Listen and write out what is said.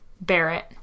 Barrett